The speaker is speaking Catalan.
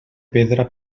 pedra